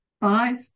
Five